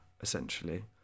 essentially